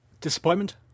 Disappointment